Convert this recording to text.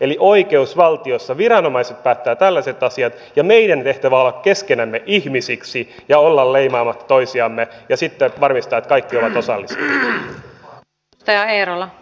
eli oikeusvaltiossa viranomaiset päättävät tällaiset asiat ja meidän tehtävämme on olla keskenämme ihmisiksi ja olla leimaamatta toisiamme ja varmistaa että kaikki ovat osallisia